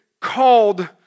called